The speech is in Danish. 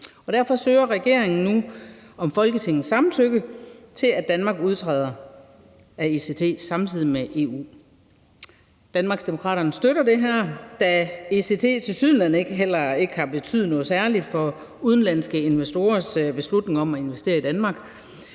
Derfor søger regeringen nu om Folketingets samtykke til, at Danmark udtræder af ECT samtidig med EU. Danmarksdemokraterne støtter det her, da ECT tilsyneladende heller ikke har betydet noget særligt for udenlandske investorers beslutning om at investere i Danmark.